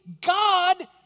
God